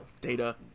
Data